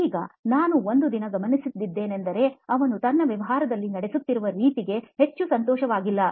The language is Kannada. ಈಗ ನಾನು ಒಂದು ದಿನ ಗಮನಿಸಿದ್ದೇನೆಂದರೆ ಅವನು ತನ್ನ ವ್ಯವಹಾರವನ್ನು ನಡೆಸುತ್ತಿರುವ ರೀತಿಗೆ ಹೆಚ್ಚು ಸಂತೋಷವಾಗಿಲ್ಲ